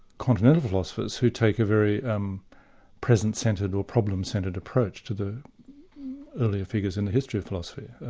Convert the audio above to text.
continental philosophers who take a very um present-centred or problem-centred approach to the earlier figures in the history of philosophy.